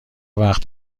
وقت